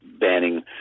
banning